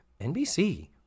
NBC